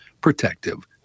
protective